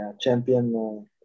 champion